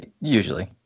Usually